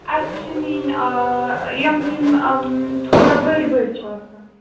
اَسہِ چھِ نِنۍ یِم تِم تھوڑا بٔڑۍ بٔڑۍ چھِ آسان